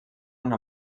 una